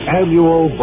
annual